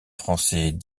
français